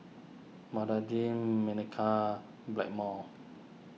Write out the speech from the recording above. Manicare Blackmores